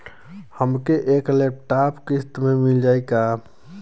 हमके एक लैपटॉप किस्त मे मिल जाई का?